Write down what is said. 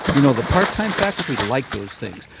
you know, the part time faculty like those things.